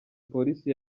polisi